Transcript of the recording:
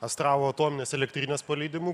astravo atominės elektrinės paleidimu